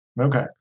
Okay